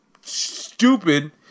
stupid